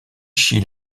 chi